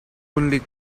only